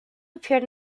appeared